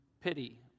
pity